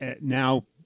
Now